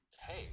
Hey